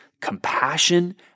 compassion